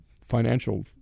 financial